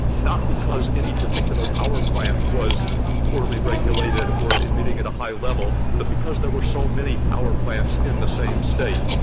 not because any particular power plant was poorly regulated or emitting at a high level, but because there were so many power plants in the same state.